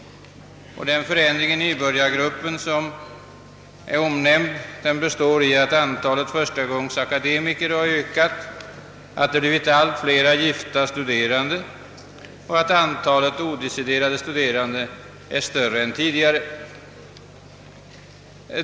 Den förändring av nybörjargruppen som är omnämnd består i att antalet förstagångsakademiker ökat, att det blivit allt fler gifta studerande och att antalet odeciderade studerande är större än tidigare.